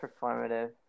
performative